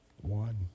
one